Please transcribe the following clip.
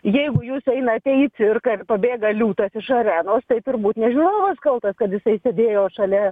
jeigu jūs einate į cirką ir pabėga liūtas iš arenos tai turbūt ne žiūrovas kaltas kad jisai sėdėjo šalia